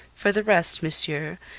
for the rest, monsieur,